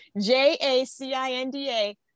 J-A-C-I-N-D-A